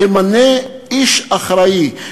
תמנה איש אחראי,